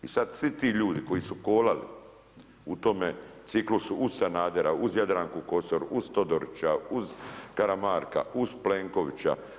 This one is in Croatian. I sad, svi ti ljudi koji su kolali u tome ciklusu uz Sanadera, uz Jadranku Kosor, uz Todorića, uz Karamarka, uz Plenkovića.